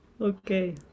Okay